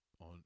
on